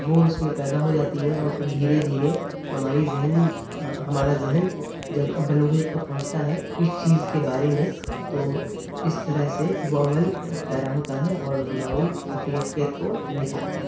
وہ اس میں پیدا ہو جاتی ہے اور پھر دھیرے دھیرے ہماری ذہن ہمارا ذہن جب بلوغیت کو پہنچتا ہے اس چیز کے بارے میں تو اس طرح سے وہ عمل پیرا ہوتا ہے اور ہماری تخلیقیت کو نکھارتا ہے